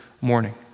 morning